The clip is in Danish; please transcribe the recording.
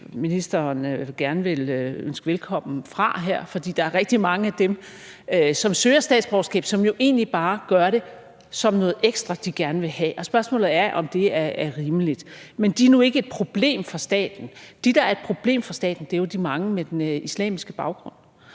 som ministeren gerne vil ønske velkommen, fra her, fordi der er rigtig mange af dem, som søger statsborgerskab, som jo egentlig bare gør det som noget ekstra, de gerne vil have, og spørgsmålet er, om det er rimeligt. Men de er nu ikke et problem for staten – dem, der er et problem for staten, er jo de mange med den islamiske baggrund.